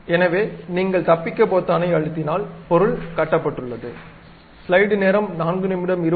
எனவே நீங்கள் தப்பிக்க பொத்தானை அழுத்தினால் பொருள் கட்டப்பட்டுள்ளது